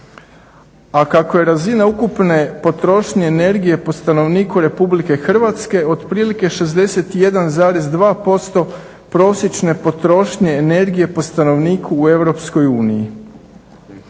A kako je razina ukupne potrošnje energije po stanovniku RH otprilike 61,2% prosječne potrošnje energije po stanovniku u EU,